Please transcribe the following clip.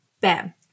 bam